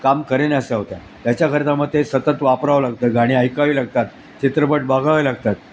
काम करेनाशा होत्या याच्याकरिता मग ते सतत वापरावं लागतं गाणी ऐकावी लागतात चित्रपट बघावे लागतात